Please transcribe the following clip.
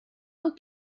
und